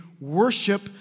worship